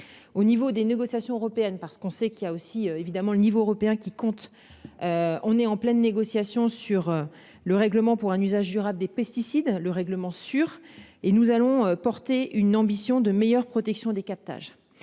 Au niveau des négociations européennes parce qu'on sait qu'il y a aussi évidemment le niveau européen qui compte. On est en pleine négociation sur le règlement pour un usage durable des pesticides le règlement sur et nous allons porter une ambition de meilleure protection des captages,